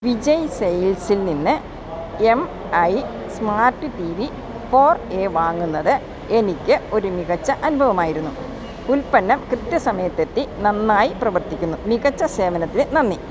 വിജയ് സെയിൽസിൽ നിന്ന് M I smart T V four A വാങ്ങുന്നത് എനിക്ക് ഒരു മികച്ച അനുഭവമായിരുന്നു ഉൽപ്പന്നം കൃത്യസമയത്തെത്തി നന്നായി പ്രവർത്തിക്കുന്നു മികച്ച സേവനത്തിന് നന്ദി